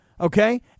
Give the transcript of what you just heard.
okay